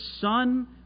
Son